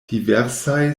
diversaj